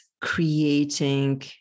creating